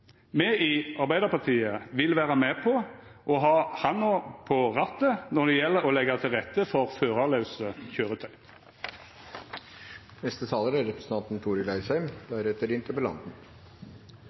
Me i Arbeidarpartiet vil vera med på å ha handa på rattet når det gjeld å leggja til rette for førarlause